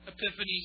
Epiphany